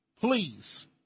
Please